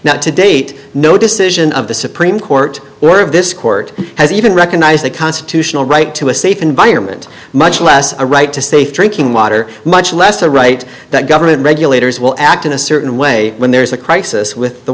now to date no decision of the supreme court or of this court has even recognize the constitutional right to a safe environment much less a right to safe drinking water much less the right that government regulators will act in a certain way when there is a crisis with the